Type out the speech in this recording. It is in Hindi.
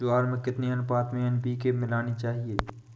ज्वार में कितनी अनुपात में एन.पी.के मिलाना चाहिए?